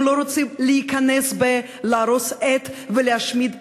הם לא רוצים להיכנס ב-, להרוס את ולהשמיד את.